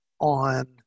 on